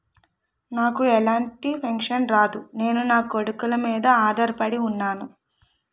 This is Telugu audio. నాకు ఎలాంటి పెన్షన్ రాదు నేను నాకొడుకుల మీద ఆధార్ పడి ఉన్నాను